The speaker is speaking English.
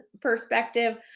perspective